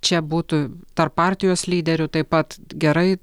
čia būtų tarp partijos lyderių taip pat gerai